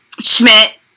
Schmidt